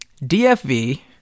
DFV